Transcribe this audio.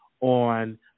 on